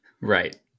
Right